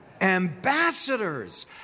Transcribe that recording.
Ambassadors